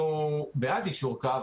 אנחנו בעד יישור קו,